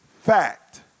fact